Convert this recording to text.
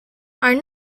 are